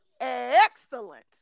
excellent